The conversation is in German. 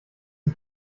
die